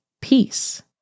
peace